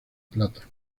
plata